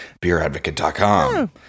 beeradvocate.com